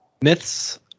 Myths